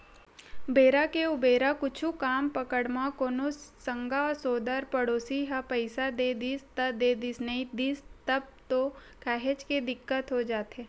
बेरा के उबेरा कुछु काम पड़ब म कोनो संगा सोदर पड़ोसी ह पइसा दे दिस त देदिस नइ दिस तब तो काहेच के दिक्कत हो जाथे